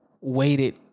waited